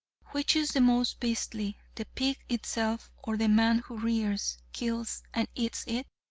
which is the most beastly, the pig itself, or the man who rears, kills and eats it?